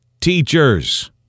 teachers